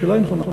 השאלה היא נכונה.